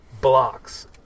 Blocks